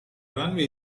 runway